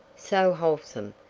so wholesome,